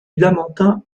lamentin